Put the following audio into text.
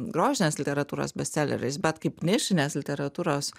grožinės literatūros bestseleriais bet kaip nišinės literatūros